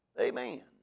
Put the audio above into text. Amen